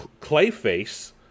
Clayface